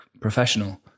professional